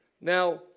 now